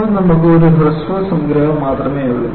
ഇപ്പോൾ നമുക്ക് ഒരു ഹ്രസ്വ സംഗ്രഹം മാത്രമേയുള്ളൂ